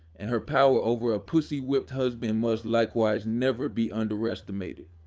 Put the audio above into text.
and her power over a pussy-whipped husband must likewise never be underestimated.